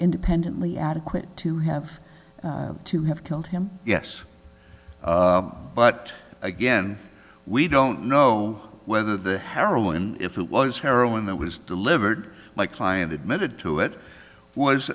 independently adequate to have to have killed him yes but again we don't know whether the heroin if it was heroin that was delivered my client admitted to it was